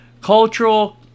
cultural